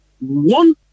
one